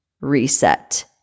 reset